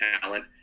talent